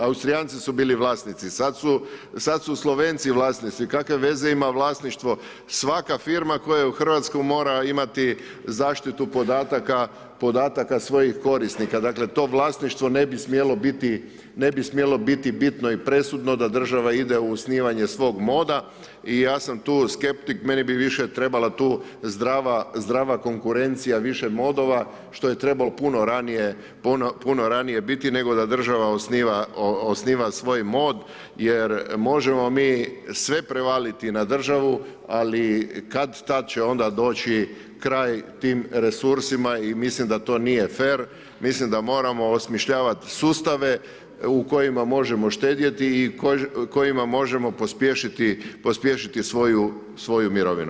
Austrijanci su bili vlasnici, sada su Slovenci vlasnici, kakve veze ima vlasništvo, svaka firma koja je u RH mora imati zaštitu podataka svojih korisnika, dakle, to vlasništvo ne bi smjelo biti bitno i presudno da država ide u osnivanje svoga moda i ja sam tu skeptik, meni bi više trebala tu zdrava konkurencija više modova, što je trebalo puno ranije biti, nego da država osniva svoj mod jer možemo mi sve prevaliti na državu, ali kad-tad će onda doći kraj tim resursima i mislim da to nije fer, mislim da moramo osmišljavati sustave u kojima možemo štedjeti i kojima možemo pospješiti svoju mirovinu.